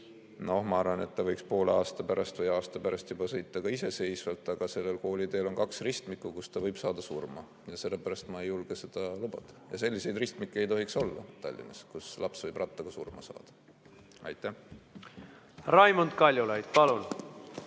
Ma arvan, et ta võiks poole aasta pärast või aasta pärast juba sõita ka iseseisvalt, aga sellel kooliteel on kaks ristmikku, kus ta võib surma saada, ja sellepärast ma ei julge seda lubada. Selliseid ristmikke ei tohiks olla Tallinnas, kus laps võib rattaga [sõites] surma saada. Raimond Kaljulaid, palun!